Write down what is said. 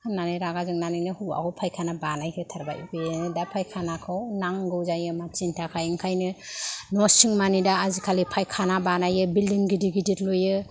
होननानै रागा जोंनानैनो हौवाखौ फायखाना बानाय होथारबाय बेनो दा फायखानाखौ नांगोै जायो मानसिनो थाखाय ओंखायनो न'सिं मानि दा आजिखालि फायखाना बानायो बिलदिं गिदिर गिदिर लुयो